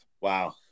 Wow